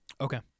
Okay